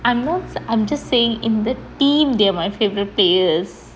I'm not I'm just saying in the team they are my favourite players